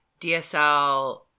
DSL